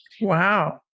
Wow